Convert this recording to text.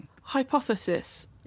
hypothesis